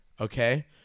Okay